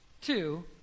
two